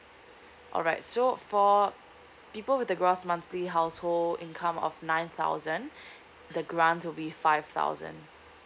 alright so for people with the gross monthly household income of nine thousand the grant will be five thousand